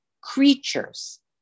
creatures